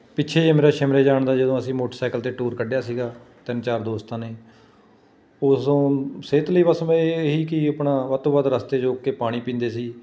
ਪਿੱਛੇ ਜਿਹੇ ਮੇਰਾ ਸ਼ਿਮਲੇ ਜਾਣ ਦਾ ਜਦੋਂ ਅਸੀਂ ਮੋਟਰਸਾਈਕਲ 'ਤੇ ਟੂਰ ਕੱਢਿਆ ਸੀਗਾ ਤਿੰਨ ਚਾਰ ਦੋਸਤਾਂ ਨੇ ਉਸ ਤੋਂ ਸਿਹਤ ਲਈ ਬਸ ਮੈਂ ਇਹੀ ਕਿ ਆਪਣਾ ਵੱਧ ਤੋਂ ਵੱਧ ਰਸਤੇ 'ਚ ਰੁਕ ਕੇ ਪਾਣੀ ਪੀਂਦੇ ਸੀ